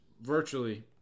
virtually –